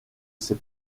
ses